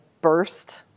burst